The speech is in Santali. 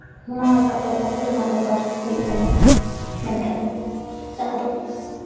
ᱱᱚᱣᱟ ᱞᱮᱠᱟᱛᱮ ᱟᱛᱳ ᱨᱮᱱᱟᱜ ᱵᱮᱯᱟᱨ ᱦᱩᱭᱩᱜ ᱠᱟᱱᱟ ᱢᱮᱱᱠᱷᱟᱱ ᱡᱟᱦᱟᱸ ᱫᱚ